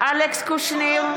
אלכס קושניר,